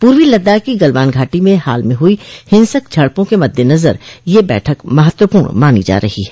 पूर्वो लद्दाख की गलवान घाटी में हाल में हुई हिंसक झड़पों के मद्देनजर यह बैठक महत्वपूर्ण मानी जा रही है